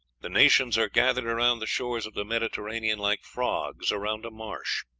the nations are gathered around the shores of the mediterranean like frogs around a marsh.